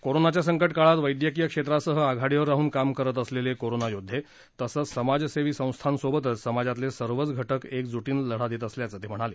कोरोनाच्या संकटकाळात वैद्यकीय क्षेत्रासह आघाडीवर राहून काम करत असलेले करोनायोद्धे तसंच समाजसेवी संस्थांसोबतच समाजातले सर्वच घटक एकजुटीनं लढा देत असल्याचं ते म्हणाले